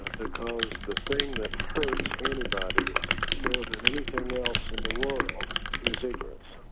ah because the thing that hurts anybody yeah more than anything else in the world is ignorance.